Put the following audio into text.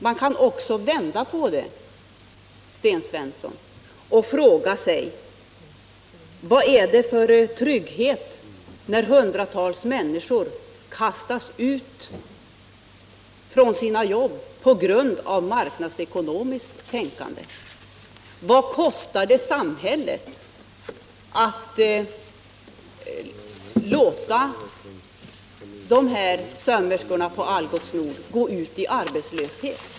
Man kan också vända på det, Sten Svensson, och fråga: Vad finns det för trygghet när hundratals människor kan kastas ut från sina jobb på grund av det marknadsekonomiska tänkandet? Och vad kostar det samhället att låta sömmerskorna på Algots Nord gå ut i arbetslöshet?